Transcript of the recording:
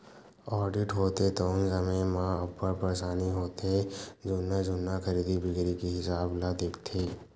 audit होथे तउन समे म अब्बड़ परसानी होथे जुन्ना जुन्ना खरीदी बिक्री के हिसाब ल देखथे